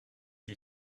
you